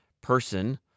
person